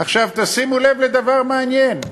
עכשיו, תשימו לב לדבר מעניין: